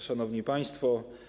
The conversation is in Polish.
Szanowni Państwo!